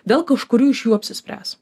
dėl kažkurių iš jų apsispręs